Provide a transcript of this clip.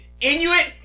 Inuit